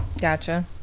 Gotcha